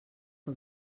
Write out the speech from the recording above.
que